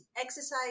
exercise